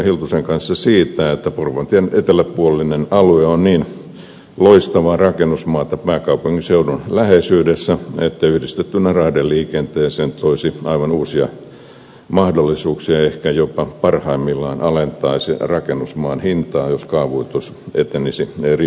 hiltusen kanssa siitä että porvoontien eteläpuolinen alue on niin loistavaa rakennusmaata pääkaupunkiseudun läheisyydessä että yhdistettynä raideliikenteeseen se toisi aivan uusia mahdollisuuksia ehkä jopa parhaimmillaan alentaisi rakennusmaan hintaa jos kaavoitus etenisi ripeästi